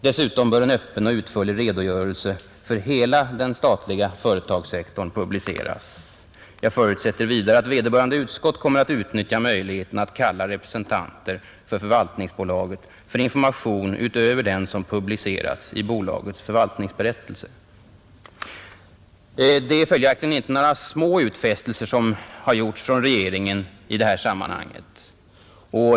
Dessutom bör en öppen och utförlig redogörelse för hela den statliga företagssektorn publiceras. Jag förutsätter vidare att vederbörande utskott kommer att utnyttja möjligheten att kalla representanter för förvaltningsbolaget för information utöver den som publicerats i bolagets förvaltningsberättelse.” Det är följaktligen inte några små utfästelser som regeringen har gjort i det här sammanhanget.